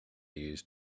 use